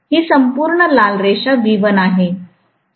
ही संपूर्ण लाल रेषा V1 आहे